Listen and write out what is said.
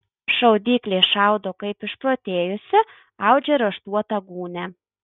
šaudyklė šaudo kaip išprotėjusi audžia raštuotą gūnią